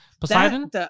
Poseidon